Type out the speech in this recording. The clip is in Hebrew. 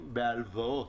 בהלוואות.